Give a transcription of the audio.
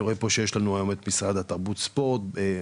אני רואה שיש לנו פה היום את משרד הספורט והתרבות,